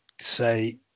say